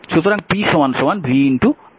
সুতরাং pvi